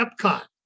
Epcot